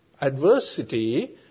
adversity